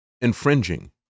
infringing